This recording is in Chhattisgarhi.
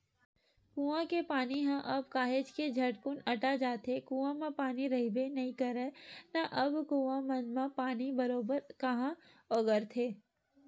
कुँआ के पानी ह अब काहेच झटकुन अटा जाथे, कुँआ म पानी रहिबे नइ करय ना अब कुँआ मन म पानी बरोबर काँहा ओगरथे